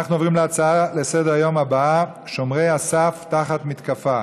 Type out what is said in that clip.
אנחנו עוברים להצעה לסדר-היום הבאה: שומרי הסף תחת מתקפה,